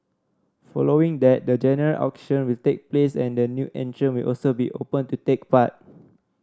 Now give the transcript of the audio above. following that the general auction will take place and the new entrant will also be open to take part